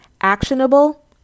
actionable